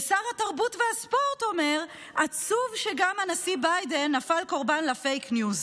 ושר התרבות והספורט אומר: עצוב שגם הנשיא ביידן נפל קורבן לפייק ניוז.